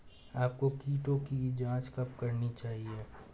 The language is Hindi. आपको कीटों की जांच कब करनी चाहिए?